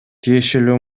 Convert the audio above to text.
тиешелүү